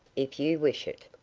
if you wish it.